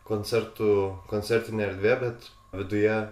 koncertų koncertinė erdvė bet viduje